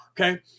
Okay